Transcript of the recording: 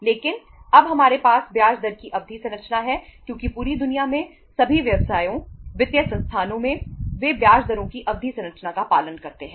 लेकिन अब हमारे पास ब्याज दर की अवधि संरचना है क्योंकि पूरी दुनिया में सभी व्यवसायों वित्तीय संस्थानों में वे ब्याज दरों की अवधि संरचना का पालन करते हैं